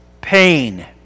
pain